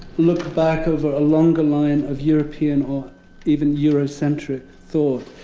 look back over a longer line of european or even eurocentric thought.